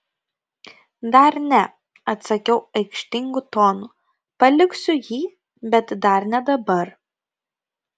dar ne atsakiau aikštingu tonu paliksiu jį bet dar ne dabar